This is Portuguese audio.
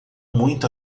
muito